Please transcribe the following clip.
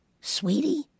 Sweetie